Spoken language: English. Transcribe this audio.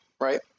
right